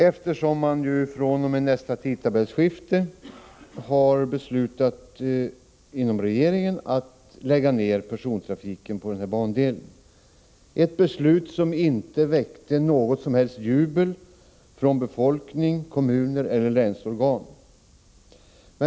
Regeringen har beslutat att persontrafiken på den här bandelen vid nästa tidtabellskifte skall läggas ned — ett beslut som inte väckt något jubel hos befolkning, kommuner eller länsorgan.